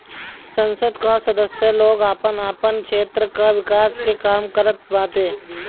संसद कअ सदस्य लोग आपन आपन क्षेत्र कअ विकास के काम करत बाने